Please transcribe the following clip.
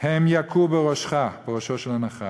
הם יכו בראשך, בראשו של הנחש,